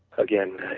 again